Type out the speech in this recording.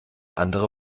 andere